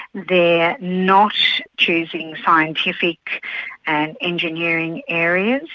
they're not choosing scientific and engineering areas.